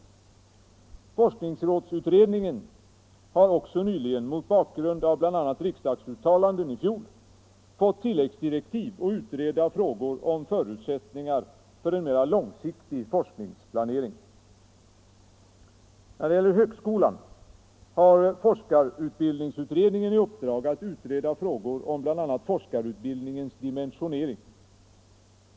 Forskningsrådsutredningen har också nyligen, mot bakgrund av bl.a. riksdagsuttalanden i fjol, fått tilläggsdirektiv att utreda frågor om förutsättningarna för en mera långsiktig forskningsplanering. När det gäller högskolan har forskarutbildningsutredningen i uppdrag att utreda frågor om bl.a. forskarutbildningens dimensionering.